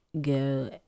go